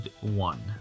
one